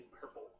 purple